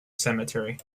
cemetery